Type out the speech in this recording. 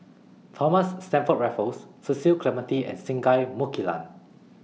Thomas Stamford Raffles Cecil Clementi and Singai Mukilan